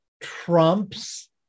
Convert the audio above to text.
trumps